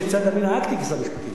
כיצד אני נהגתי כשר משפטים: